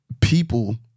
people